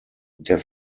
der